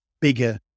bigger